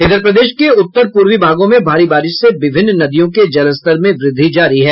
इधर प्रदेश के उत्तर पूर्वी भागों में भारी बारिश से विभिन्न नदियों के जलस्तर में वृद्धि जारी है